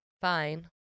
fine